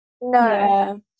No